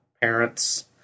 parents